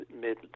mid